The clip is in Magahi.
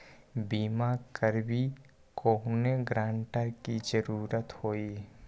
बिमा करबी कैउनो गारंटर की जरूरत होई?